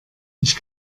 ich